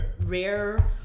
rare